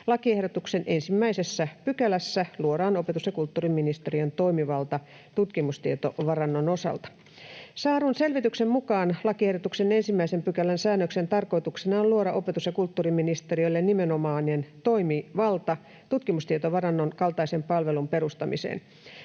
Lakiehdotuksen 1 §:ssä luodaan opetus- ja kulttuuriministeriön toimivalta tutkimustietovarannon osalta. Saadun selvityksen mukaan lakiehdotuksen 1 §:n säännöksen tarkoituksena on luoda opetus- ja kulttuuriministeriölle nimenomainen toimivalta tutkimustietovarannon kaltaisen palvelun perustamiseen.